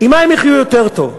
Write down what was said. עם מה הם יחיו יותר טוב,